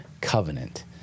covenant